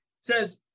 says